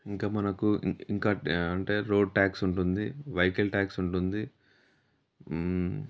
ఇంక మనకు ఇంక అంటే రోడ్ ట్యాక్స్ ఉంటుంది వైకల్ ట్యాక్స్ ఉంటుంది